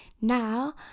now